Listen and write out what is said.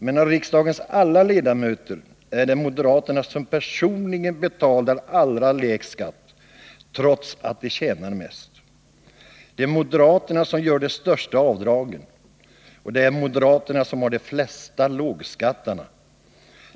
Men av riksdagens alla ledamöter är det moderaterna som personligen betalar allra lägst skatt — trots att de tjänar mest. Det är moderaterna som gör de största avdragen — och det är moderaterna som har de flesta lågskattarna.